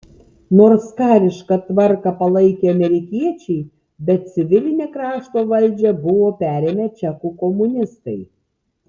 nors karišką tvarką palaikė amerikiečiai bet civilinę krašto valdžią buvo perėmę čekų komunistai